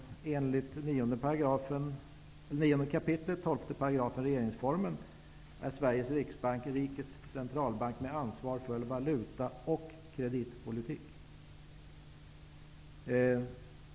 Enligt 9 kap. 12 § Regeringsformen är Sveriges riksbank ''rikets centralbank med ansvar för valutaoch kreditpolitik''.